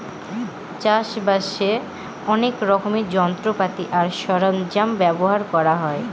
চাষ বাসে অনেক রকমের যন্ত্রপাতি আর সরঞ্জাম ব্যবহার করা হয়